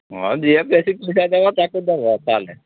ହଁ ଯିଏ ବେଶିକ୍ ଭିଡ଼ ଦେବ ତାକୁ ଦେବ ତାହେଲେ